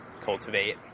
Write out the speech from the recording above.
cultivate